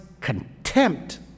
contempt